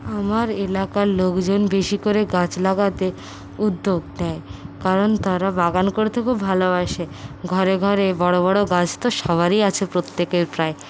আমার এলাকার লোকজন বেশি করে গাছ লাগাতে উদ্যোগ দেয় কারণ তারা বাগান করতে খুব ভালোবাসে ঘরে ঘরে বড়ো বড়ো গাছ তো সবারই আছে প্রত্যেকের প্রায়